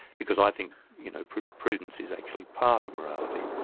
because i think you know prudence is actually part of morality.